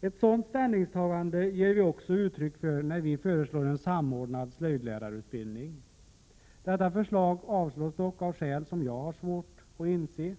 Ett sådant ställningstagande ger vi också uttryck för när vi föreslår en samordnad slöjdlärarutbildning. Detta förslag avslås dock av skäl som jag har svårt att inse.